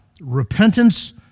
repentance